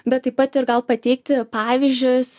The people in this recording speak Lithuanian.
bet taip pat ir gal pateikti pavyzdžius